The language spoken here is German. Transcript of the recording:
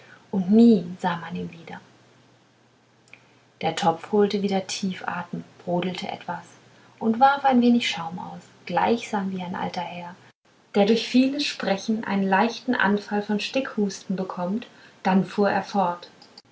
und nie sah man ihn wieder der topf holte wieder tief atem brodelte etwas und warf ein wenig schaum aus gleichsam wie ein alter herr der durch vieles sprechen einen leichten anfall von stickhusten bekommt dann fuhr er fort